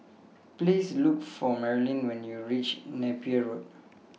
Please Look For Marilyn when YOU REACH Napier Road